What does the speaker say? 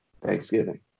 Thanksgiving